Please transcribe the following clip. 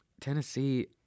Tennessee